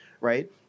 right